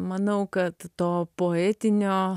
manau kad to poetinio